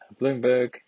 Bloomberg